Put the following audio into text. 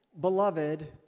Beloved